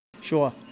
Sure